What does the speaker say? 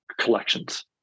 collections